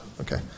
Okay